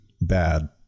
bad